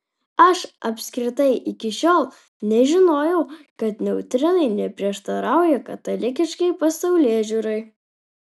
aš apskritai iki šiol nežinojau kad neutrinai neprieštarauja katalikiškai pasaulėžiūrai